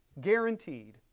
Guaranteed